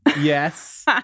yes